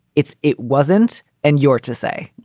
it's. it wasn't and you're to say,